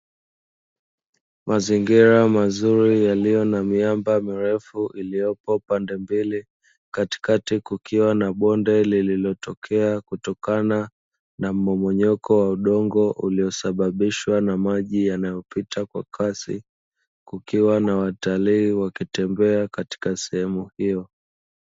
Mazingira mazuri yaliyo na miamba mirefu iliyopo pandembili, katikati kukiwa na bonde lililotokea kutokana na mmomonyoko wa udongo, uliosababishwa na maji yanayopita kwa kasi kukiwa na watalii wakitembea katika sehemu hiyo.